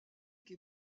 est